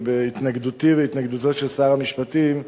ובהתנגדותי ובהתנגדותו של שר המשפטים,